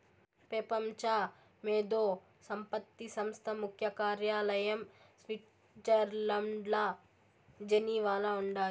పెపంచ మేధో సంపత్తి సంస్థ ముఖ్య కార్యాలయం స్విట్జర్లండ్ల జెనీవాల ఉండాది